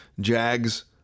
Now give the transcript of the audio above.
Jags